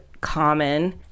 common